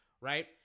right